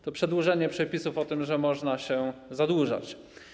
To przedłużenie przepisów o tym, że można się zadłużać.